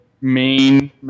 main